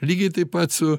lygiai taip pat su